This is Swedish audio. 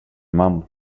man